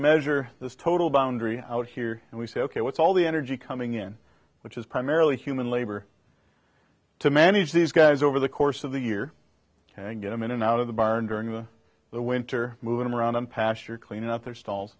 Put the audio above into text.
measure this total boundary out here and we say ok what's all the energy coming in which is primarily human labor to manage these guys over the course of the year can get them in and out of the barn during the winter move them around the pasture clean up their stall